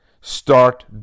start